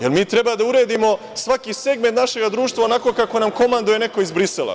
Da li mi treba da uredimo svaki segment našeg društva onako kao nam komanduje neko iz Brisela?